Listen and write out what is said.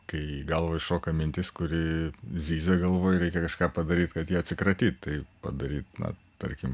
kai į galvą įšoka mintis kuri zyzia galvoj reikia kažką padaryt kad ja atsikratyt tai padaryt na tarkim